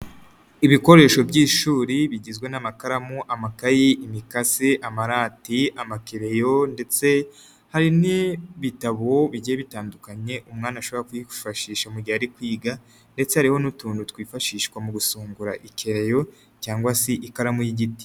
Ibikoresho by'ishuri bigizwe n'amakaramu, amakayi, imikasi, amarati, amakerereyo ndetse hari n'ibitabo bigiye bitandukanye umwana ashobora kwifashisha mu gihe ari kwiga ndetse hariho n'utuntu twifashishwa mu gusongora ikereyo cyangwa se ikaramu y'igiti.